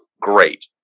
Great